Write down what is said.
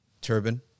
turban